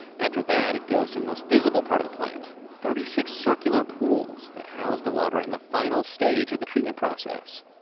after that, it goes to the most visible part of the plant thirty six circular pools that house the water in the final stage of the treatment process.